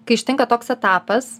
kai ištinka toks etapas